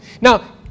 now